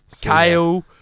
Kale